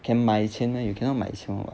can 买钱 meh you cannot 买钱 [what]